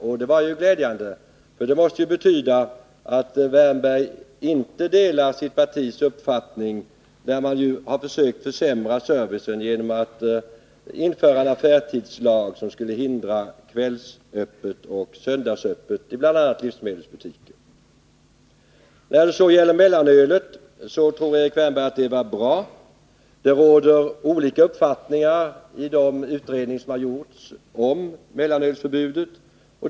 Det var också ett glädjande uttalande från Erik Wärnberg, eftersom det måste betyda att han inte ställer sig bakom sitt partis försök att försämra servicen genom införandet av en affärstidslag som skulle hindra öppethållande på kvällar och söndagar i bl.a. livsmedelsbutiker. Erik Wärnberg tror att mellanölsförbudet var ett bra beslut. Det råder olika uppfattningar i de utredningar som har gjorts om mellanölsförbudet.